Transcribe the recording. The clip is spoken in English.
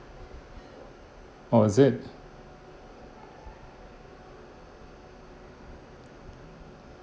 oh is it